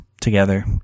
together